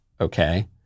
okay